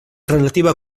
relativa